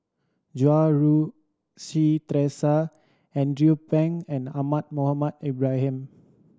Goh Rui Si Theresa Andrew Phang and Ahmad Mohamed Ibrahim